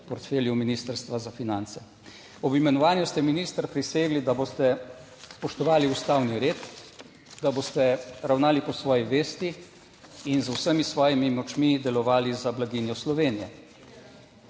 TRAK (VI) 19.30** (Nadaljevanje) Ob imenovanju ste, minister, prisegli, da boste spoštovali ustavni red, da boste ravnali po svoji vesti in z vsemi svojimi močmi delovali za blaginjo Slovenije.